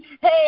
Hey